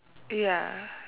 ya